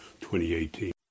2018